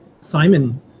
Simon